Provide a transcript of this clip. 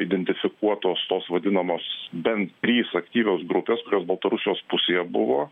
identifikuotos tos vadinamos bent trys aktyvios grupės kurios baltarusijos pusėje buvo